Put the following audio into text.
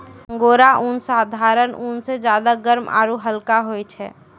angora ऊन साधारण ऊन स ज्यादा गर्म आरू हल्का होय छै